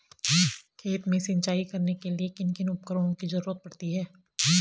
खेत में सिंचाई करने के लिए किन किन उपकरणों की जरूरत पड़ती है?